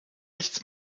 nichts